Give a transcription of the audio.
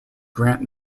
grant